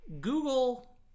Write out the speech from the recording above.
Google